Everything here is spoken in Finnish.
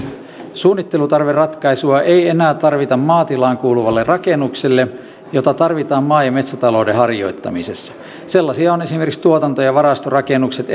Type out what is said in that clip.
suunnittelutarveratkaisua ei enää tarvita maatilaan kuuluvalle rakennukselle jota tarvitaan maa ja metsätalouden harjoittamisessa sellaisia ovat esimerkiksi tuotanto ja varastorakennukset